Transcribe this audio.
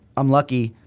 i'm lucky,